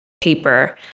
paper